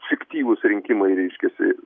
fiktyvūs rinkimai reiškiasi